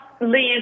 leave